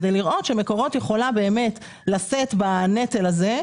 כדי לראות שמקורות יכולה באמת לשאת בנטל הזה,